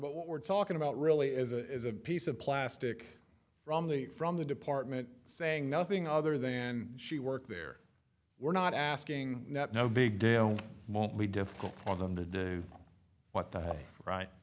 but what we're talking about really is a piece of plastic from the from the department saying nothing other then she worked there we're not asking that no big deal mostly difficult for them to do what the right